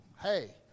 Hey